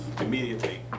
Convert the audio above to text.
immediately